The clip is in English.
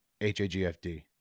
H-A-G-F-D